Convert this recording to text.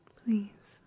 please